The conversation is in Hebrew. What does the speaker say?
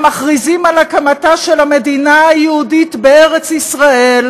הם מכריזים על הקמתה של המדינה היהודית בארץ ישראל,